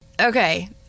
Okay